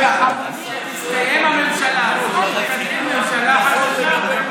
כשתסתיים הממשלה הזאת אז נקים ממשלה חדשה.